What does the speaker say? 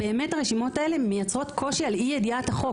הרשימות האלה מייצרות קושי על אי ידיעת החוק.